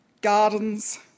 gardens